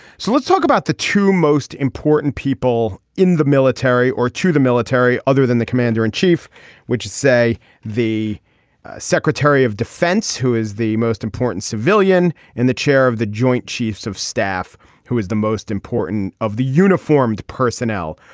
so let's talk about the two most important people in the military or to the military other than the commander in chief which say the secretary of defense who is the most important civilian and the chair of the joint chiefs of staff who is the most important of the uniformed personnel.